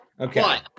Okay